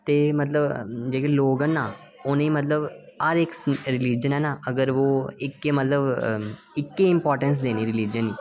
ते मतलब जेह्की लोग न उ'नेंई मतलब हर इक रिलीजन न अगर ओह् इक मतलब इक्कै इम्परटैंस देनी रिलीजन गी